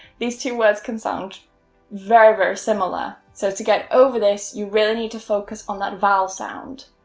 these two words can sound very very similar. so to get over this you really need to focus on that vowel sound,